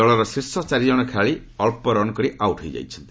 ଦଳର ଶୀର୍ଷ ଚାରିଜଣ ଖେଳାଳି ଅକ୍ସ ରନ୍ କରି ଆଉଟ୍ ହୋଇଯାଇଛନ୍ତି